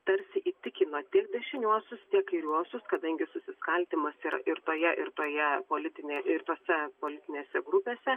tarsi įtikino tiek dešiniuosius tiek kairiuosius kadangi susiskaldymas yra ir toje ir toje politinė ir tose politinėse grupėse